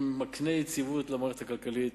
הוא מקנה יציבות למערכת הכלכלית.